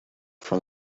from